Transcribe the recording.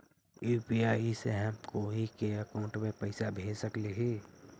UPI से हम कोई के अकाउंट में पैसा भेज सकली ही?